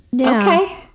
okay